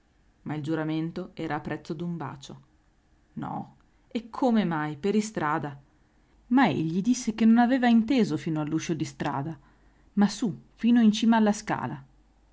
ma il giuramento era a prezzo d'un bacio no e come mai per istrada ma egli disse che non aveva inteso fino all'uscio di strada ma su fino in cima alla scala